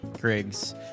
Griggs